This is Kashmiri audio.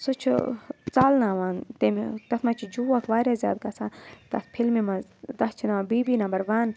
سُہ چھُ ژَلناوان تمہِ تَتھ منٛز چھِ جوک واریاہ زیادٕ گژھان تَتھ فِلمہِ منٛز تَتھ چھِ ناو بی بی نمبر وَن